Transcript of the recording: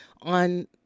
on